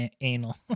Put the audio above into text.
Anal